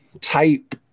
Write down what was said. type